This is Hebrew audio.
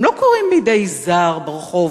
הם לא קורים בידי זר ברחוב,